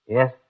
Yes